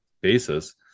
basis